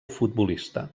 futbolista